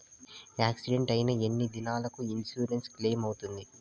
Accident అయిన ఎన్ని దినాలకు ఇన్సూరెన్సు క్లెయిమ్ అవుతుంది?